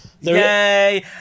Yay